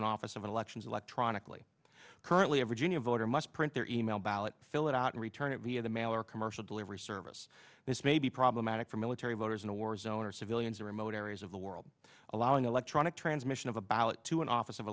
an office of elections electronically currently every junior voter must print their email ballot fill it out and return it via the mail or commercial delivery service this may be problematic for military voters in a war zone or civilians or remote areas of the world allowing electronic transmission of a ballot to an office of